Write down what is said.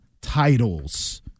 titles